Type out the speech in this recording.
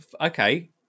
Okay